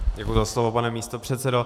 Děkuji za slovo, pane místopředsedo.